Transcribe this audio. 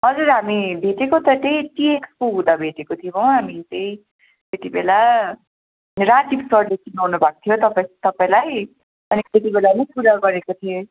हजुर हामी भेटेको त त्यही टी एक्सपो हुँदा भेटेको थियौँ हौ हामी त्यही त्यतिबेला राजिव सरले चिनाउनु भएको थियो तपाईँ तपाईँलाई सायद त्यतिबेला नै कुरा गरेको थिएँ